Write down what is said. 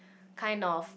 kind of